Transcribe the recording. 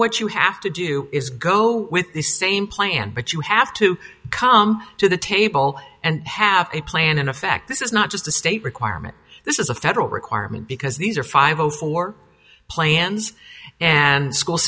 what you have to do is go with the same plan but you have to come to the table and have a plan in effect this is not just a state requirement this is a federal requirement because these are five zero four plans and school